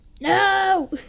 No